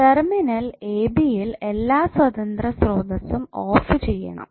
terminal A B യിൽ എല്ലാ സ്വതന്ത്ര സ്രോതസ്സും ഓഫ് ചെയ്യണം